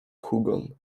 hugon